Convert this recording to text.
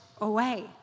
away